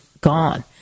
gone